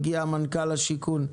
הגיע מנכ"ל משרד השיכון.